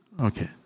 Okay